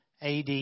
AD